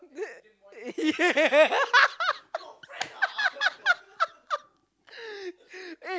the yeah